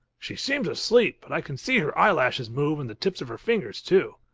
she seems asleep, but i can see her eyelashes move and the tips of her fingers, too.